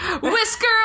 Whisker